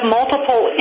multiple